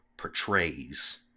portrays